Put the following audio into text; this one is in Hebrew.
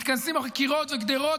מתכנסים מאחורי קירות וגדרות,